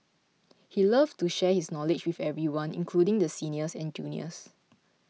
he loved to share his knowledge with everyone including the seniors and juniors